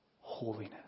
Holiness